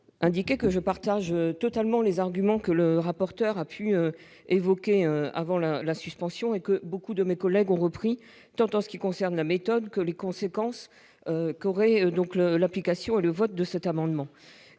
indiquer que je partage totalement les arguments que le rapporteur a pu évoquer avant la la suspension et que beaucoup de mes collègues ont repris tant en ce qui concerne la méthode que les conséquences qu'aurait donc le l'application et le vote de cet amendement